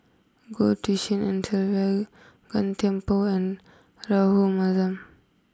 Goh Tshin En Sylvia Gan Thiam Poh and Rahayu Mahzam